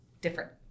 different